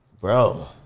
bro